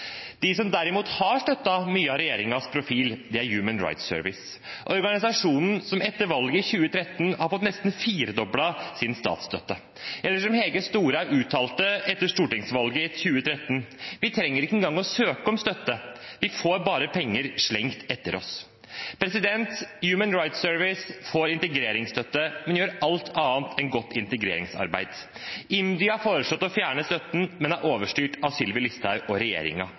som derimot har støttet mye av regjeringens profil, er Human Rights Service, organisasjonen som etter valget i 2013 har fått nesten firedoblet sin statsstøtte, eller som Hege Storhaug uttalte etter stortingsvalget i 2013: «Vi trenger ikke en gang å søke om støtte. Vi får bare pengene slengt etter oss.» Human Rights Service får integreringsstøtte, men gjør alt annet enn godt integreringsarbeid. IMDi har foreslått å fjerne støtten, men er overstyrt av Sylvi Listhaug og